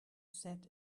sat